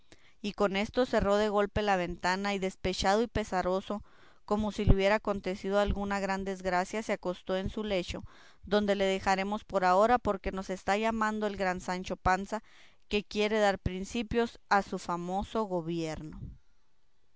y con esto cerró de golpe la ventana y despechado y pesaroso como si le hubiera acontecido alguna gran desgracia se acostó en su lecho donde le dejaremos por ahora porque nos está llamando el gran sancho panza que quiere dar principio a su famoso gobierno